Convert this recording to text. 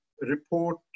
Report